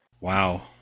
Wow